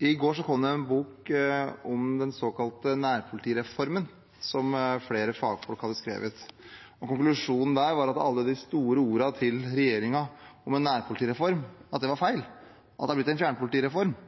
I går kom det en bok om den såkalte nærpolitireformen, som flere fagfolk har skrevet. Konklusjonen der var at alle de store ordene til regjeringen om en nærpolitireform, var feil, og at det er blitt en fjernpolitireform –